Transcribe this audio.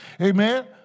amen